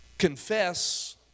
Confess